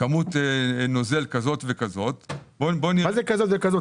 כמות נוזל כזאת וכזאת --- מה זה כזאת וכזאת?